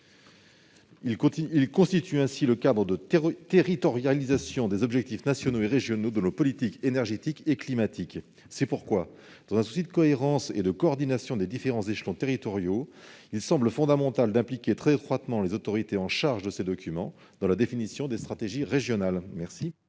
Ils constituent le cadre de territorialisation des objectifs nationaux et régionaux de nos politiques énergétiques et climatiques. C'est pourquoi, dans un souci de cohérence et de coordination des différents échelons territoriaux, il semble fondamental d'impliquer très étroitement les autorités chargées de ces documents dans la définition des stratégies régionales.